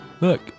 Look